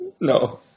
No